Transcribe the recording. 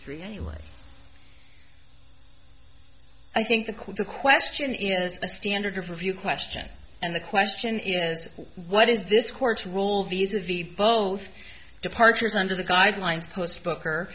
three anyway i think the quota question is a standard of review question and the question is what is this court's role visa v both departures under the guidelines post booker